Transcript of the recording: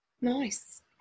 nice